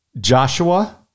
Joshua